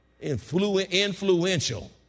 Influential